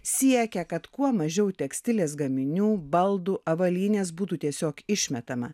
siekia kad kuo mažiau tekstilės gaminių baldų avalynės būtų tiesiog išmetama